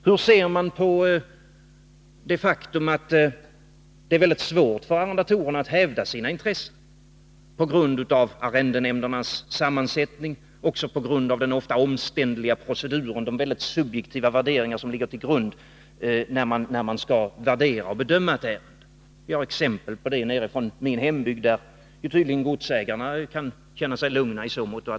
Hur ser man på det faktum att det är mycket svårt för arrendatorerna att hävda sina intressen, på grund av arrendenämndernas sammansättning men också på grund av den ofta omständliga proceduren och de subjektiva värderingar som ligger till grund när man skall värdera och bedöma ett ärende. Vi har exempel från min hembygd, där tydligen godsägarna kan känna sig lugna.